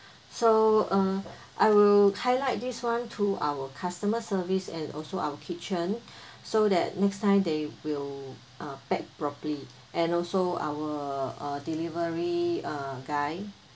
so uh I will highlight this [one] to our customer service and also our kitchen so that next time they will uh pack properly and also our uh delivery uh guy